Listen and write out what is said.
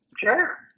Sure